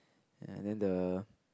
and then the